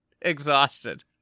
exhausted